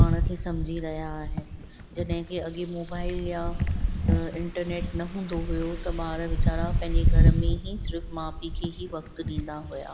पाण खे सम्झी रहिया आहिनि जॾहिं खे अॻे मोबाइल या इंटरनेट न हूंदो हुओ त ॿार वेचारा पंहिंजे घर में ई सिर्फ़ माउ पीउ खे ही वक़्तु ॾींदा हुआ